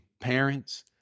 parents